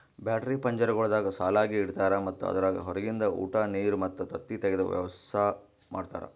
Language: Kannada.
ಬ್ಯಾಟರಿ ಪಂಜರಗೊಳ್ದಾಗ್ ಸಾಲಾಗಿ ಇಡ್ತಾರ್ ಮತ್ತ ಅದುರಾಗ್ ಹೊರಗಿಂದ ಉಟ, ನೀರ್ ಮತ್ತ ತತ್ತಿ ತೆಗೆದ ವ್ಯವಸ್ತಾ ಮಾಡ್ಯಾರ